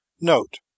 Note